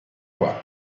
qua